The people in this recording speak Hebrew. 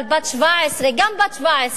אבל בת 17, גם בת 17,